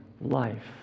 life